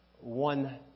one